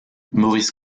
maurice